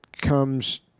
comes